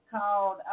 called